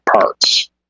parts